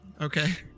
Okay